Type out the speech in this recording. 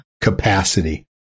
capacity